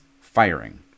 firing